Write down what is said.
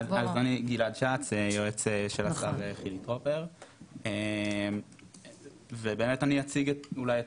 אז אני היועץ של השר חילי טרופר ובאמת אני אציג אולי את